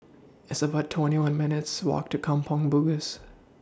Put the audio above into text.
It's about twenty one minutes' Walk to Kampong Bugis